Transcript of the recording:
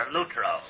Lutro